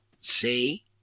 See